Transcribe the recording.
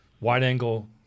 wide-angle